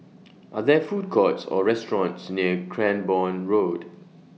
Are There Food Courts Or restaurants near Cranborne Road